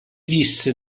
disse